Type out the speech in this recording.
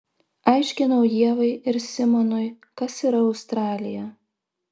aiškinau ievai ir simonui kas yra australija